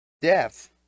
Death